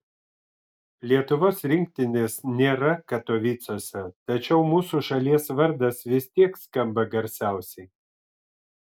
lietuvos rinktinės nėra katovicuose tačiau mūsų šalies vardas vis tiek skamba garsiausiai